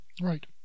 Right